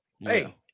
hey